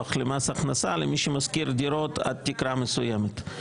למס הכנסה למי שמשכיר דירות עד תקרה מסוימת.